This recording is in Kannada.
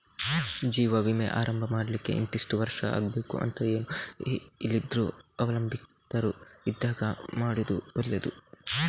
ಜೀವ ವಿಮೆ ಆರಂಭ ಮಾಡ್ಲಿಕ್ಕೆ ಇಂತಿಷ್ಟು ವರ್ಷ ಆಗ್ಬೇಕು ಅಂತ ಏನೂ ಇಲ್ದಿದ್ರೂ ಅವಲಂಬಿತರು ಇದ್ದಾಗ ಮಾಡುದು ಒಳ್ಳೆದು